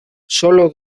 solo